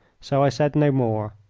so i said no more.